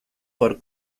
por